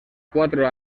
cuatro